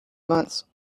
months